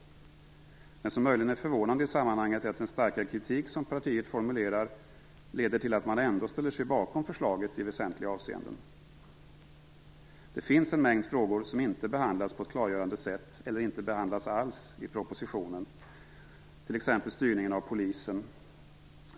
Det som möjligen är förvånande i sammanhanget är att den starka kritik som partiet formulerar leder till att man ändå ställer sig bakom förslaget i väsentliga avseenden. Det finns en mängd frågor som inte behandlas på ett klargörande sätt - eller inte behandlas alls - i propositionen, t.ex. styrningen av polisen.